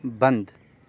بند